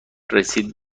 رسید